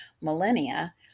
millennia